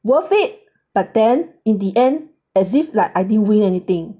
worth it but then in the end as if like I didn't win anything